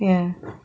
ya